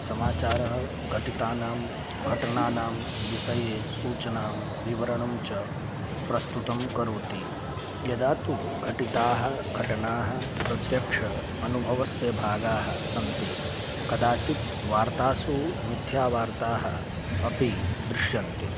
समाचारः घटितानां घटनानां विषये सूचनां विवरणं च प्रस्तुतं करोति यदा तु घटिताः घटनाः प्रत्यक्षम् अनुभवस्य भागाः सन्ति कदाचित् वार्तासु मिथ्यावार्ताः अपि दृश्यन्ते